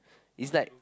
it's like